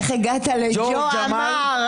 מה עושה ג'ו ג'מאל?